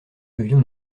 devions